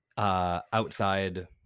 Outside